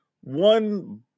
one